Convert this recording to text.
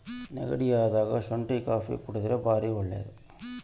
ನೆಗಡಿ ಅದಾಗ ಶುಂಟಿ ಕಾಪಿ ಕುಡರ್ದೆ ಬಾರಿ ಒಳ್ಳೆದು